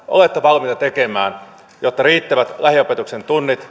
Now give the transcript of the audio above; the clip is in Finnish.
olette valmiita kehysriihen yhteydessä tekemään jotta riittävät lähiopetuksen tunnit